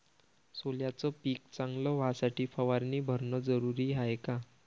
सोल्याचं पिक चांगलं व्हासाठी फवारणी भरनं जरुरी हाये का?